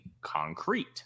concrete